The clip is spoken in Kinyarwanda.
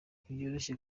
ntibyoroshye